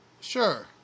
Sure